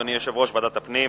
אדוני יושב-ראש ועדת הפנים,